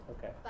Okay